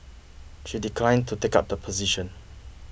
she declined to take up the position